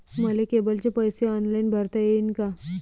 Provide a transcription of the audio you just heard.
मले केबलचे पैसे ऑनलाईन भरता येईन का?